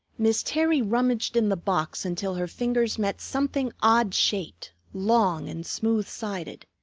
miss terry rummaged in the box until her fingers met something odd-shaped, long, and smooth-sided.